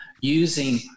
using